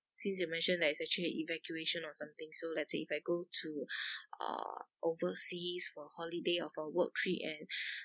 since you mention that it's actually evacuation or something so let's say if I go to uh overseas for holiday or for work trip and